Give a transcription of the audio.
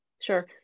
sure